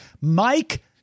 Mike